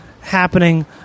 happening